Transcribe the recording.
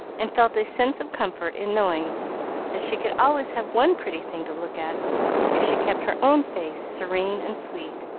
and felt a sense of comfort in knowing that she could always have one pretty thing to look at if she kept her own face serene and sweet.